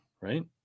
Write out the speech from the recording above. right